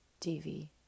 TV